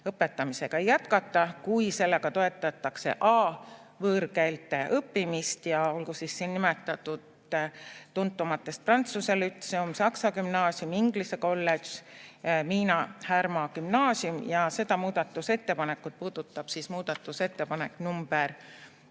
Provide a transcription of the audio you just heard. õpetamisega jätkata, kui sellega toetatakse A-võõrkeelte õppimist. Ja olgu siin nimetatud tuntumatest Prantsuse Lütseum, Saksa Gümnaasium, Inglise Kolledž ja Miina Härma Gümnaasium. Ja seda muudatusettepanekut puudutab muudatusettepanek nr